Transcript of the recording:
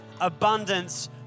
abundance